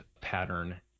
pattern